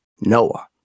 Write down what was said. Noah